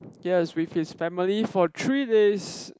yes with his family for three days